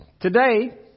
Today